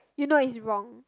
you know is wrong